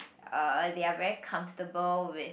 uh they're very comfortable with